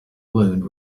wound